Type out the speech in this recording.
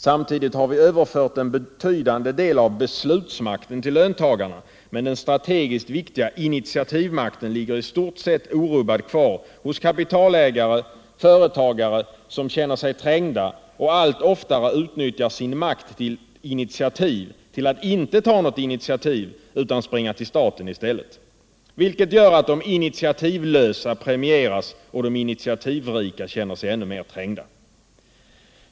Samtidigt har vi överfört en betydande det av beslutsmakten tll löntagarna, men den strategiskt viktiga /initiativmakten ligger i stort sett orubbad kvar hos kapitalägare och företagare, som känner sig trängda och allt oftare utnyttjar sin makt till initiativ för att inte ta något initiativ utan springa till staten i stället, vilket gör att de initiativlösa premieras och att de initiativrika känner sig ännu mer trängda.